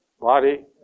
body